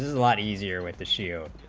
lot easier with the shields,